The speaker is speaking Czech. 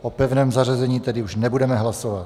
O pevném zařazení tedy už nebudeme hlasovat.